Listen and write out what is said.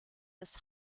des